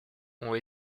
ont